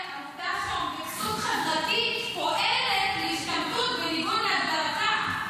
היום זאת עמותה שבכסות חברתית פועלת להשתמטות בניגוד להגדרתה.